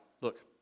look